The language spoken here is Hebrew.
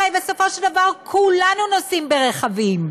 הרי בסופו של דבר כולנו נוסעים ברכבים.